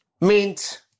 mint